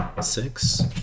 six